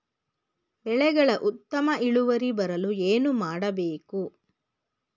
ಬೆಳೆಗಳ ಉತ್ತಮ ಇಳುವರಿ ಬರಲು ಏನು ಮಾಡಬೇಕು?